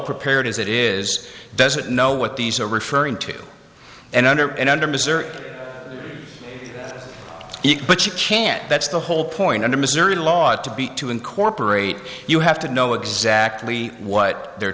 prepared as it is doesn't know what these are referring to and under and under missouri but you can't that's the whole point under missouri law ought to be to incorporate you have to know exactly what they're